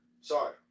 Sorry